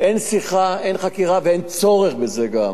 אין שיחה, אין חקירה, ואין צורך בזה גם.